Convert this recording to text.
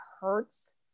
hurts